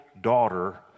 daughter